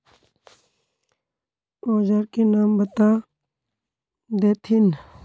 औजार के नाम बता देथिन?